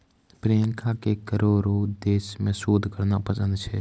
प्रियंका के करो रो उद्देश्य मे शोध करना पसंद छै